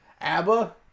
ABBA